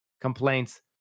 complaints